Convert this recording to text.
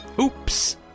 Oops